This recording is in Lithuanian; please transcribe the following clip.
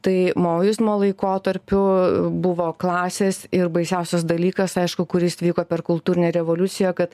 tai maoizmo laikotarpiu buvo klasės ir baisiausias dalykas aišku kuris vyko per kultūrinę revoliuciją kad